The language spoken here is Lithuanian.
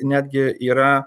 netgi yra